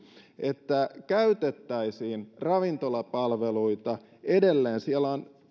että käytettäisiin ravintolapalveluita edelleen siellä